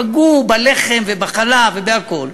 פגעו בלחם ובחלב ובכול,